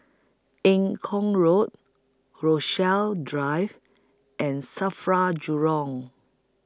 Eng Kong Road Rochalie Drive and SAFRA Jurong